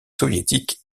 soviétique